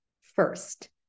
First